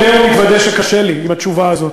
ומתוודה שקשה לי עם התשובה הזאת.